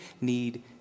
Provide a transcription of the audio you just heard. need